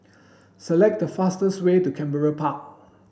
select the fastest way to Canberra Park